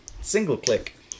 single-click